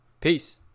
Peace